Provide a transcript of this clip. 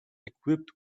equipped